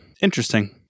Interesting